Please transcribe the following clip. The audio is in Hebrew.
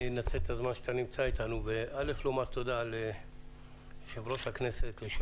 אני אנצל את הזמן שאתה נמצא איתנו לומר תודה ליושב-ראש הכנסת,